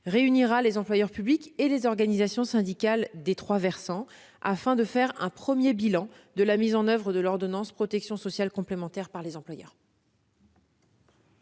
réunira les employeurs publics et les organisations syndicales des trois versants, afin de faire un premier bilan de la mise en oeuvre, par les employeurs, de l'ordonnance « protection sociale complémentaire ». La parole est